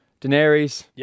Daenerys